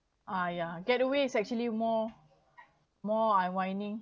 uh ya getaway is actually more more unwinding